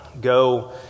Go